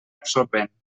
absorbent